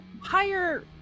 higher